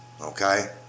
Okay